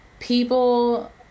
People